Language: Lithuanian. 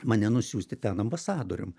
mane nusiųsti ten ambasadorium